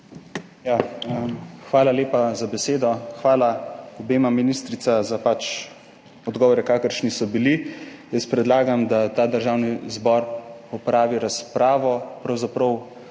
Hvala lepa za besedo. Hvala obema ministricama za odgovore, kakršni so bili. Predlagam, da ta državni zbor opravi razpravo. Pravzaprav